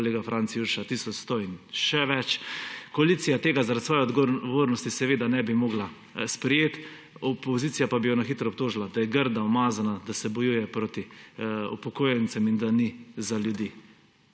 kolega Franc Jurša, tisoč 100 in še več. Koalicija tega zaradi svoje odgovornosti seveda ne bi mogla sprejeti, opozicija pa bi jo na hitro obtožila, da je grda, umazana, da se bojuje proti upokojencem in da ni za ljudi.